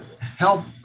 help